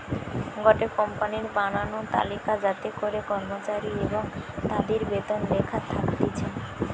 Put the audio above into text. গটে কোম্পানির বানানো তালিকা যাতে করে কর্মচারী এবং তাদির বেতন লেখা থাকতিছে